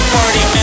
Party